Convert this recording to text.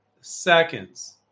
seconds